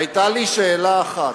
היתה לי שאלה אחת.